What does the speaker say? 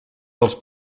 dels